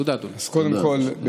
תודה, אדוני.